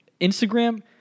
Instagram